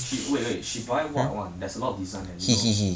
she wait wait she buy what one there's a lot of design eh you know